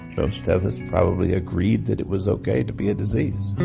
most of us probably agreed that it was ok to be a disease.